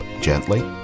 gently